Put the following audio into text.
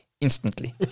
instantly